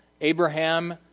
Abraham